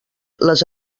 les